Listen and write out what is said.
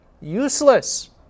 useless